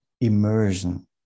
immersion